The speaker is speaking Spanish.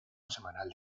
semanal